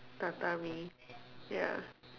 tatami ya